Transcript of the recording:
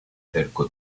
cerco